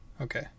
Okay